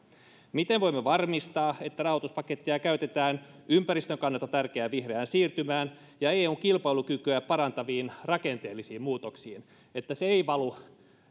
miten voimme varmistaa että rahoituspakettia käytetään ympäristön kannalta tärkeään vihreään siirtymään ja eun kilpailukykyä parantaviin rakenteellisiin muutoksiin ja että se ei valu